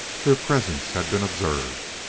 their presence had been observed.